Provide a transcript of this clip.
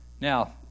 Now